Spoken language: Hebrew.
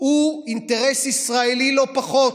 הוא אינטרס ישראלי לא פחות,